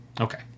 Okay